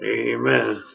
amen